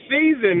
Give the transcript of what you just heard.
season